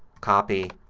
copy,